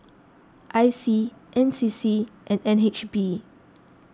I C N C C and N H B